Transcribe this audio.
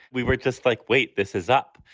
we were just like, wait, this is up.